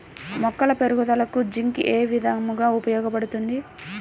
మొక్కల పెరుగుదలకు జింక్ ఏ విధముగా ఉపయోగపడుతుంది?